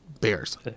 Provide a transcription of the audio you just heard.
bears